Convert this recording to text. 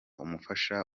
umufasha